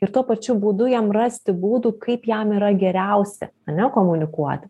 ir tuo pačiu būdu jam rasti būdų kaip jam yra geriausia ane komunikuoti